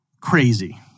crazy